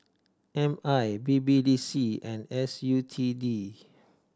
M I B B D C and S U T D